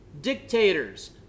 dictators